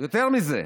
יותר מזה,